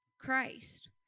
Christ